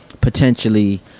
potentially